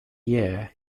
year